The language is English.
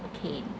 okay